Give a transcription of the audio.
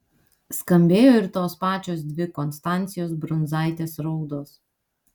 skambėjo ir tos pačios dvi konstancijos brundzaitės raudos